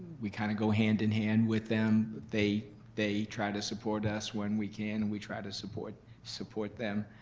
we kind of go hand in hand with them. they they try to support us when we can, and we try to support support them.